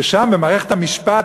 שם במערכת המשפט,